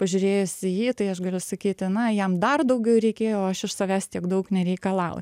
pažiūrėjus į jį tai aš galiu sakyt na jam dar daugiau reikėjo o aš iš savęs tiek daug nereikalauju